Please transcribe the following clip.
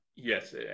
Yes